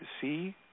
see